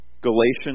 Galatians